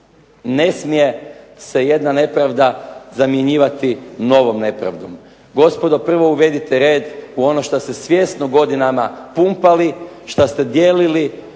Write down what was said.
Ne smije se jedna nepravda zamjenjivati novom nepravdom. Gospodo, prvo uvedite red u ono što ste svjesno godinama pumpali, šta ste dijelili,